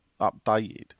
updated